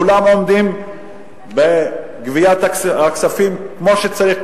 כולם עומדים בגביית הכספים כמו שצריך,